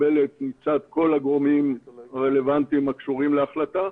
מקובלת מצד כל הגורמים הרלוונטיים הקשורים להחלטה.